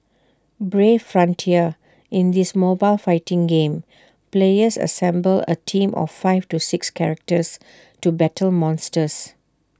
brave frontier in this mobile fighting game players assemble A team of five to six characters to battle monsters